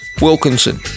Wilkinson